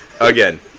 Again